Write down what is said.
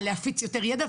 על להפיץ יותר ידע.